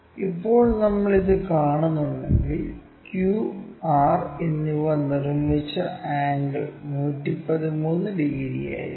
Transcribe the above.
ഇപ്പോൾ നമ്മൾ ഇത് കാണുന്നുണ്ടെങ്കിൽ Q R എന്നിവ നിർമ്മിച്ച ആംഗിൾ 113 ഡിഗ്രി ആയിരിക്കും